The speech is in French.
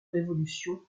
révolution